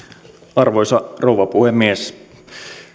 arvoisa rouva puhemies